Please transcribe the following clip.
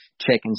checking